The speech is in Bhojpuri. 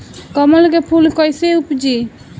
कमल के फूल कईसे उपजी?